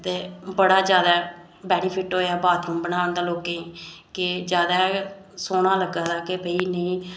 ते बड़ा ज्यादा बैनिफिट होएया बाथरूम बनान दा लोकें गी के ज्यादा सोह्ना लग्गा दा के पेई नी